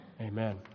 Amen